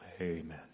amen